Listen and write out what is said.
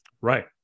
Right